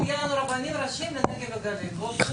שיהיו לנו רבנים ראשיים לנגב וגליל.